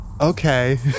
okay